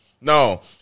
No